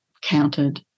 counted